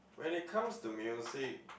when it comes to music